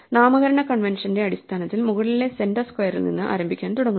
നാമകരണ കൺവെൻഷന്റെ അടിസ്ഥാനത്തിൽ മുകളിലെ സെന്റർ സ്ക്വയറിൽ നിന്ന് ആരംഭിക്കാൻ തുടങ്ങുന്നു